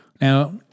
Now